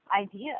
idea